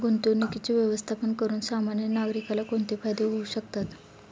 गुंतवणुकीचे व्यवस्थापन करून सामान्य नागरिकाला कोणते फायदे होऊ शकतात?